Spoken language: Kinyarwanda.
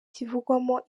kivugwamo